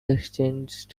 exchanged